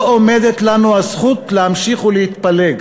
לא עומדת לנו הזכות להמשיך ולהתפלג,